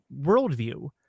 worldview